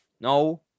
No